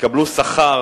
יקבלו שכר